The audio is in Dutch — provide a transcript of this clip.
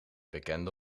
bekende